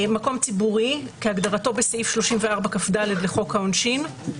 "מקום ציבור, כהגדרתו בסעיף 34כד לחוק העונשין,